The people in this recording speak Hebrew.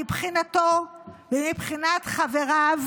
מבחינתו ומבחינת חבריו,